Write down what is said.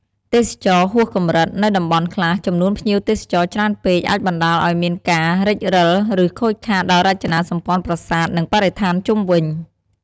ទេសចរណ៍ហួសកម្រិត នៅតំបន់ខ្លះ ចំនួនភ្ញៀវទេសចរច្រើនពេកអាចបណ្ដាលឱ្យមានការរេចរឹល ឬខូចខាតដល់រចនាសម្ព័ន្ធប្រាសាទ និងបរិស្ថានជុំវិញ។